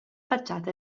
facciata